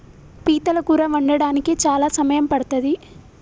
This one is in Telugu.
పీతల కూర వండడానికి చాలా సమయం పడ్తది